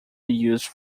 used